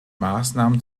maßnahmen